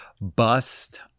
bust